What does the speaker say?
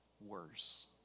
worse